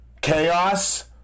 Chaos